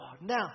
Now